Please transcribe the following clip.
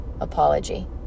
apology